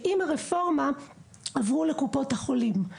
עם הרפורמה התחום עבר לקופות החולים.